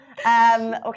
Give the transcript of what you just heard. Okay